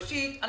ראשית,